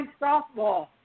softball